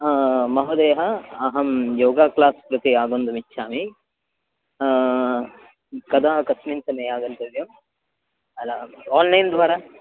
महोदयः अहं yoga class प्रति आगन्तुमिच्छामि कदा कस्मिन् समये आगन्तव्यम् आन्लैन् द्वारा